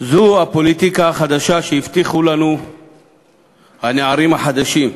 זו הפוליטיקה החדשה שהבטיחו לנו הנערים החדשים,